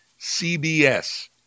CBS